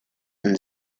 and